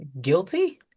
guilty